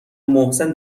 محسن